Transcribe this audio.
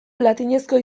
latinezko